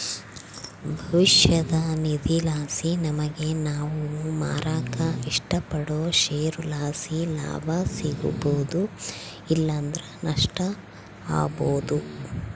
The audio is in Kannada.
ಭವಿಷ್ಯದ ನಿಧಿಲಾಸಿ ನಮಿಗೆ ನಾವು ಮಾರಾಕ ಇಷ್ಟಪಡೋ ಷೇರುಲಾಸಿ ಲಾಭ ಸಿಗ್ಬೋದು ಇಲ್ಲಂದ್ರ ನಷ್ಟ ಆಬೋದು